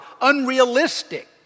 Unrealistic